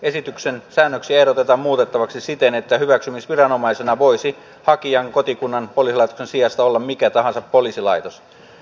esityksen säännöksiä ehdotetaan muutettavaksi siten että hyväksymisviranomaisena voisi hakijan kotikunnan poliisilaitoksen sijasta olla mikä tahansa poliisilaitos